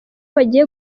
bagiye